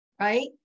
right